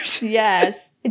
Yes